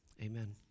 Amen